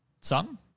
Son